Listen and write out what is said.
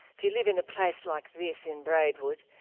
if you live in a place like this in braidwood,